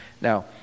Now